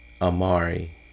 Amari